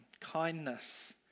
kindness